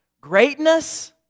greatness